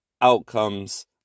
outcomes